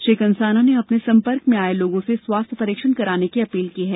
श्री कंषाना ने अपने संपर्क आये लागों से स्वास्थ्य परीक्षण कराने की अपील की है